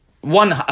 one